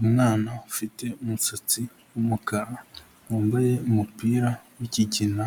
Umwana ufite umusatsi w'umukara, wambaye umupira w'ikigina